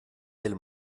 del